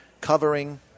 covering